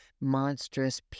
monstrous